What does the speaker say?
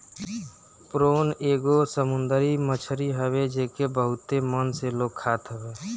prawn एगो समुंदरी मछरी हवे जेके बहुते मन से लोग खात हवे